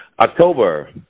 October